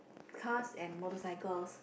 cars and motorcycles